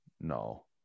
no